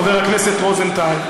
חבר הכנסת רוזנטל,